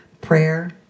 prayer